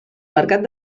mercat